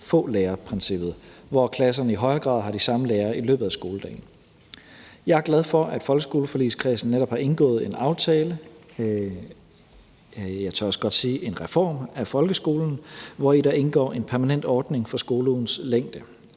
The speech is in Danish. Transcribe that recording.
få lærere-princippet, hvor klasserne i højere grad har de samme lærere i løbet af skoledagen. Jeg er glad for, at folkeskoleforligskredsen netop har indgået en aftale – jeg tør også godt sige en reform af folkeskolen – hvori der indgår en permanent ordning for skoleugens længde.